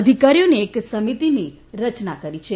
અધિકારીઓની એક સમિતિની રચના કરી છે